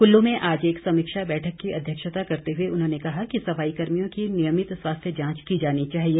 कुल्लू में आज एक समीक्षा बैठक की अध्यक्षता करते हुए उन्होंने कहा कि सफाई कर्मियों की नियमित स्वास्थ्य जांच की जानी चाहिए